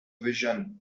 vision